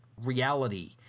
reality